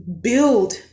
build